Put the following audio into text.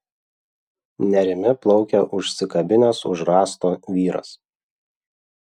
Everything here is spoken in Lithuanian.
nerimi plaukia užsikabinęs už rąsto vyras